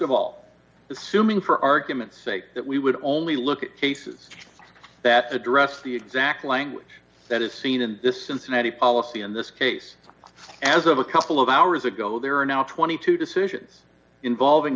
assuming for argument's sake that we would only look at cases that address the exact language that is seen in this cincinnati policy in this case as of a couple of hours ago there are now twenty two decisions involving